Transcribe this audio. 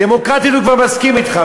דמוקרטית הוא כבר מסכים אתך,